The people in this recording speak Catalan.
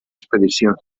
expedicions